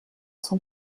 son